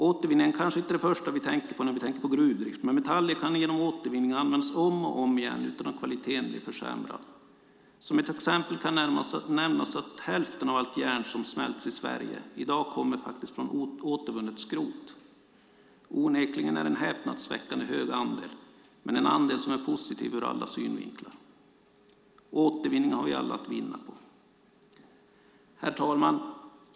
Återvinning är kanske inte det första vi tänker på när vi tänker på gruvdrift, men metaller kan genom återvinning användas om och om igen utan att kvaliteten blir försämrad. Som ett exempel kan nämnas att hälften av allt järn som smälts i Sverige i dag faktiskt kommer från återvunnet skrot. Onekligen är det en häpnadsväckande hög andel men en andel som är positiv ur alla synvinklar. Återvinning har vi alla att vinna på. Herr talman!